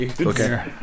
Okay